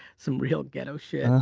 some real ghetto shit. yeah